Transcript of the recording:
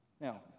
Now